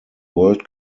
world